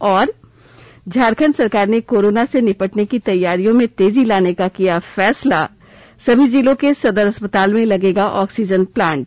और झारखंड सरकार ने कोरोना से निपटने की तैयारियों में तेजी लाने का किया फैसला सभी जिलों के सदर अस्पताल में लगेगा ऑक्सीजन प्लांट